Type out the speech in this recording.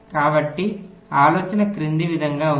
కాబట్టి ఆలోచన క్రింది విధంగా ఉంది